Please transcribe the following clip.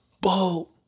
boat